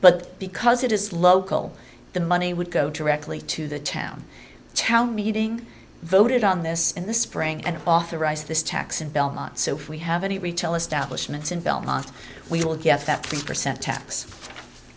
but because it is local the money would go directly to the town town meeting voted on this in the spring and authorized this tax in belmont so if we have any retail establishments in belmont we will get that three percent tax